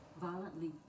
Violently